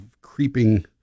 creeping